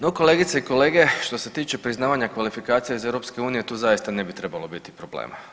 No kolegice i kolege što se tiče priznavanja kvalifikacije iz EU tu zaista ne bi trebalo biti problema.